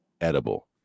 edible